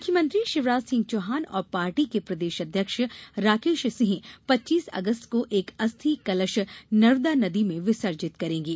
मुख्यमंत्री शिवराज सिंह चौहान और पार्टी के प्रदेश अध्यक्ष राकेश सिंह पच्चीस अगस्त को एक अस्थि कलश नर्मदा नदी में विसर्जित करेंगे